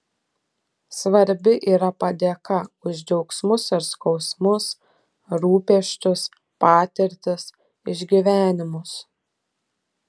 svarbi yra padėka už džiaugsmus ir skausmus rūpesčius patirtis išgyvenimus